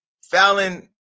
Fallon